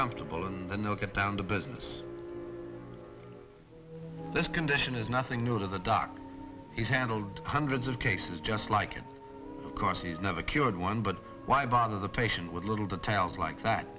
comfortable and then they'll get down to business this condition is nothing new to the doctor he's handled hundreds of cases just like of course he's never cured one but why bother the patient with little details like